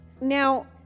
Now